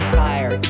fire